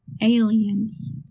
Aliens